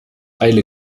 eile